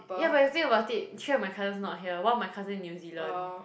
ya but you think about it three of my cousins not here one of my cousin in New-Zealand